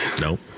Nope